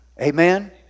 Amen